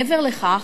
מעבר לכך,